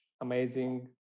amazing